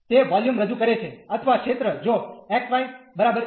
તે વોલ્યુમ રજૂ કરે છે અથવા ક્ષેત્ર જો x y 1